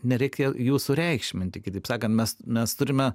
nereikia jų sureikšminti kitaip sakant mes mes turime